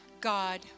God